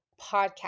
podcast